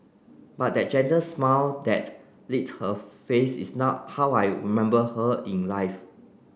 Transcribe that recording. but that gentle smile that lit her face is now how I you remember her in life